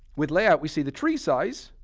with layout, we see the tree size,